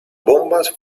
bombas